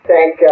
Thank